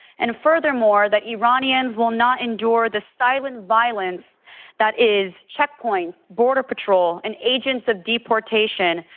and furthermore that iranians will not endure the silent violence that is checkpoints, border patrols, and agents of deportation,